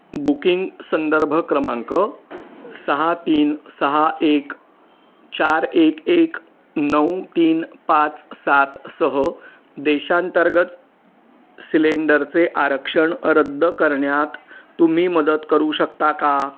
booking संदर्भ क्रमांक सहा तीन सहा एक चार एक एक नऊ तीन पाच सात सह देशांतर्गत सिलेंडरचे आरक्षण रद्द करण्यात तुम्ही मदत करू शकता का